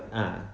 ah